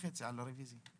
ב-13:30 על הרביזיה.